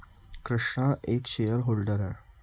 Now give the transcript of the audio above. कृष्णा एक shareholder है